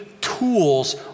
tools